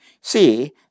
See